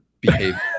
behave